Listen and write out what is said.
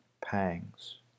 pangs